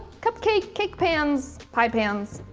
cupcake, bake pans, pie pans.